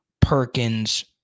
Perkins